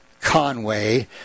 Conway